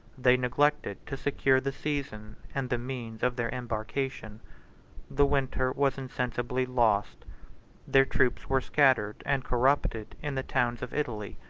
they neglected to secure the season, and the means of their embarkation the winter was insensibly lost their troops were scattered and corrupted in the towns of italy.